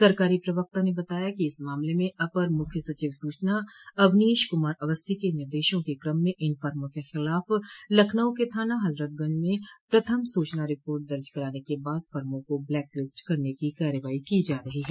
सरकारी प्रवक्ता ने बताया कि इस मामले में अपर मुख्य सचिव सूचना अवनोश कुमार अवस्थी के निर्देशों के क्रम में इन फर्मो के खिलाफ लखनऊ के थाना हजरतगंज में प्रथम सूचना रिपोर्ट दर्ज कराने के बाद फर्मो को ब्लैक लिस्ट करने की कार्रवाई की जा रही है